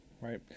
Right